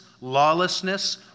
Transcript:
lawlessness